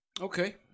Okay